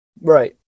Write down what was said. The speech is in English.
Right